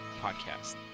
podcast